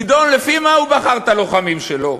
גדעון, לפי מה הוא בחר את הלוחמים שלו?